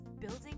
building